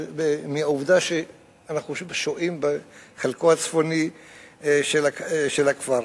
מהעובדה שאנחנו שוהים בחלקו הצפוני של הכפר.